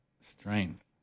strength